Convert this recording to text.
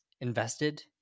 invested